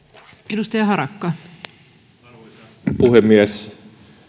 arvoisa puhemies